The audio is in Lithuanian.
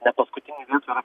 ne paskutinėj vietoj yra